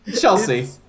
Chelsea